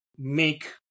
make